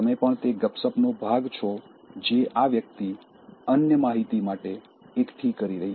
તમે પણ તે ગપસપનો ભાગ છો જે આ વ્યક્તિ અન્ય માહિતી માટે એકઠી કરી રહી છે